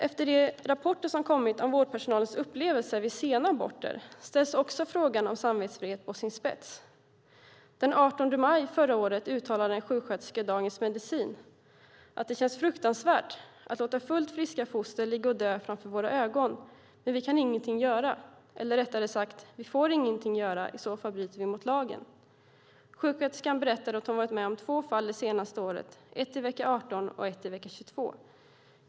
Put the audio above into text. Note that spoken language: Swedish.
Efter de rapporter som har kommit om vårdpersonalens upplevelser vid sena aborter ställs också frågan om samvetsfrihet på sin spets. Den 18 maj förra året uttalade sig en sjuksköterska i Dagens Medicin. Hon sade: "Det känns fruktansvärt att låta fullt friska foster ligga och dö framför våra ögon, men vi kan ingenting göra. Eller rättare sagt: vi får inte göra någonting. I så fall bryter vi mot lagen." Sjuksköterskan berättade att hon varit med om två fall det senaste året, ett i vecka 18 och ett i vecka 22.